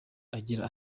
agira